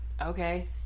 Okay